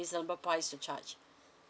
reasonable price to charge